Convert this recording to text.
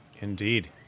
Indeed